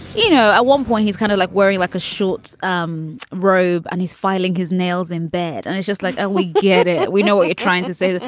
you know, at one point he's kind of like worry, like a short um robe and he's filing his nails in bed. and it's just like ah we get it. we know what you're trying to say,